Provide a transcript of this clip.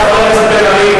חבר הכנסת בן-ארי,